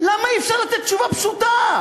למה אי-אפשר לתת תשובה פשוטה?